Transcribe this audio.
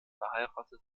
verheiratet